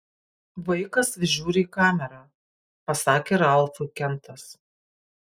vaikas vis žiūri į kamerą pasakė ralfui kentas